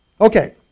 Okay